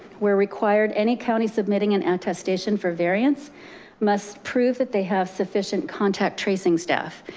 we're required, any county submitting an attestation for variance must prove that they have sufficient contact tracing staff.